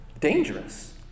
dangerous